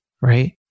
Right